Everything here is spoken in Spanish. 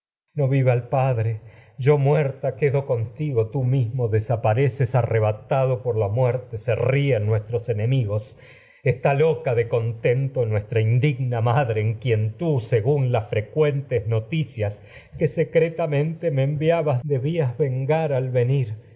no vive el padre yo muerta quedo contigo se tú mismo desapareces arreba tado por la muerte ríen nuestros enemigos en está loca de contento nuestra indigna madre que quien tú según me las frecuentes noticias secretamente enviabas mas debías todo vengar se al venir